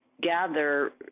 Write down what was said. gather